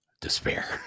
despair